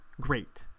great